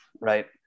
right